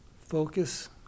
focus